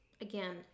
again